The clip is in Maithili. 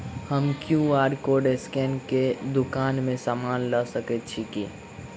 हम क्यू.आर कोड स्कैन कऽ केँ दुकान मे समान लऽ सकैत छी की?